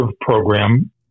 program